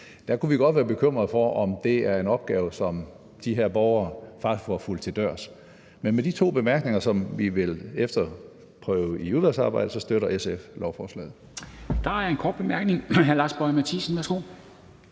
Der kunne vi godt være bekymrede for, om det er en opgave, som de her borgere faktisk får fulgt til dørs. Men med de to bemærkninger, som vi vil efterprøve i udvalgsarbejdet, støtter SF lovforslaget. Kl. 10:26 Formanden (Henrik Dam Kristensen): Der